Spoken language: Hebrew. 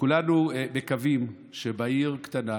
כולנו מקווים שבעיר קטנה